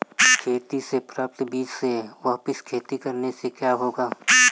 खेती से प्राप्त बीज से वापिस खेती करने से क्या होगा?